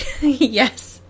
Yes